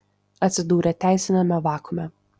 atsidūrė teisiniame vakuume